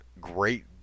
great